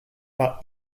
par